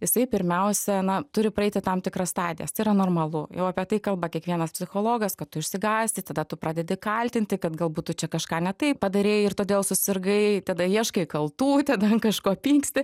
jisai pirmiausia na turi praeiti tam tikras stadijas tai yra normalu jau apie tai kalba kiekvienas psichologas kad tu išsigąsti tada tu pradedi kaltinti kad galbūt tu čia kažką ne taip padarei ir todėl susirgai tada ieškai kaltų ten kažko pyksti